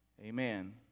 Amen